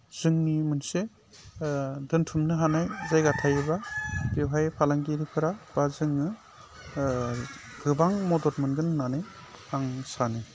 जोंनि मोनसे दोनथुमनो हानाय जायगा थायोबा बेवहाय फालांगिरिफोरा बा जोङो गोबां मदद मोनगोन होननानै आं सानो